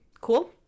Cool